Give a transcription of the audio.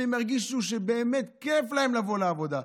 שהן ירגישו שבאמת כיף להן לבוא לעבודה.